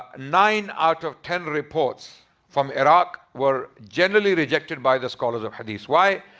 nine out of ten reports from iraq were generally rejected by the scholars of hadith. why?